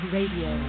Radio